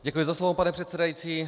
Děkuji za slovo, pane předsedající.